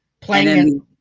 Playing